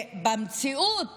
במציאות